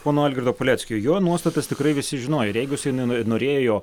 pono algirdo paleckio jo nuostatas tikrai visi žinojo ir jeigu jisai ne norėjo